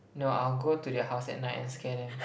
no I'll go to their house at night and scare them